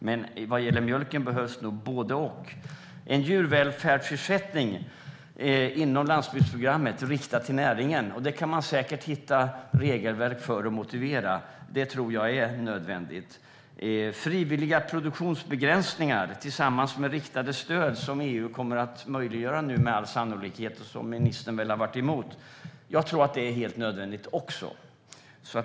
Men vad gäller mjölken behövs nog både och. En djurvälfärdsersättning inom landsbygdsprogrammet riktat till näringen kan man säkert hitta regelverk för och motivera. Det tror jag är nödvändigt. Frivilliga produktionsbegränsningar tillsammans med riktade stöd är något som EU nu med all sannolikhet kommer att möjliggöra, som ministern nog har varit emot. Jag tror att det också är helt nödvändigt.